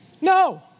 No